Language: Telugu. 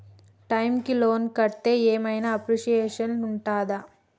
టైమ్ కి లోన్ కడ్తే ఏం ఐనా అప్రిషియేషన్ ఉంటదా?